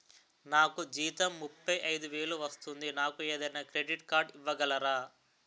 నాకు జీతం ముప్పై ఐదు వేలు వస్తుంది నాకు ఏదైనా క్రెడిట్ కార్డ్ ఇవ్వగలరా?